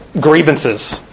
grievances